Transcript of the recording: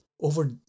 over